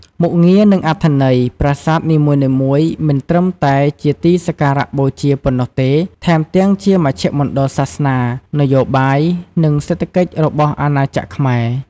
មុខងារ និងអត្ថន័យ ប្រាសាទនីមួយៗមិនត្រឹមតែជាទីសក្ការៈបូជាប៉ុណ្ណោះទេ ថែមទាំងជាមជ្ឈមណ្ឌលសាសនា នយោបាយ និងសេដ្ឋកិច្ចរបស់អាណាចក្រខ្មែរ។